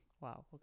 Wow